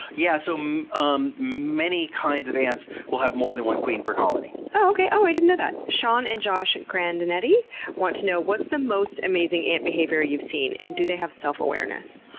yeah. so um um many kinds of ants will have more than one queen per colony. oh, okay. oh, i didn't know that. sean and josh grandinetti want to know what's the most amazing ant behavior you've seen, and do they have self-awareness?